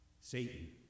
Satan